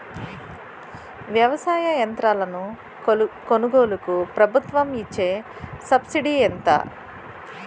వ్యవసాయ యంత్రాలను కొనుగోలుకు ప్రభుత్వం ఇచ్చే సబ్సిడీ ఎంత?